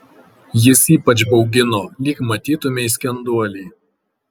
jis ypač baugino lyg matytumei skenduolį